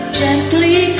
gently